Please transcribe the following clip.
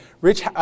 rich